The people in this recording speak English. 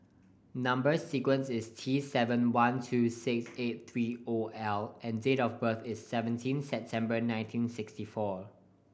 number sequence is T seven one two six eight three O L and date of birth is seventeen September nineteen sixty four